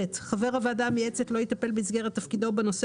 חבר הוועדה המייעצת לא יטפל במסגרת תפקידו בנושא